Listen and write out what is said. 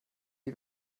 die